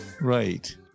Right